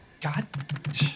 god